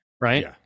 right